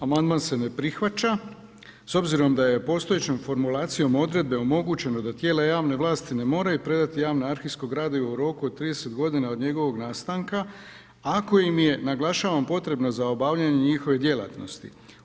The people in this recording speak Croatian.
Amandman se ne prihvaća s obzirom da je postojećom formulacijom odredbe omogućeno da tijela javne vlasti ne moraju predati javno arhivsko gradivo u roku od 30 godina od njegovog nastanka ako im je naglašavam potrebna za obavljanje njihove djelatnosti.